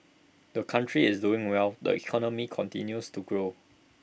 the country is doing well the economy continues to grow